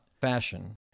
fashion